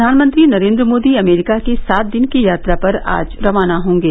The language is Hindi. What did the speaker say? प्रधानमंत्री नरेन्द्र मोदी अमरीका की सात दिन की यात्रा पर आज रवाना होंगे